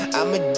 I'ma